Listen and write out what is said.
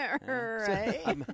Right